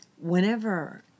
Whenever